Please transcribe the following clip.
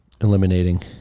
eliminating